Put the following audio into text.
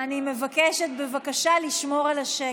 אני מבקשת, בבקשה לשמור על השקט.